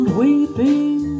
weeping